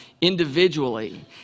individually